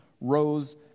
rose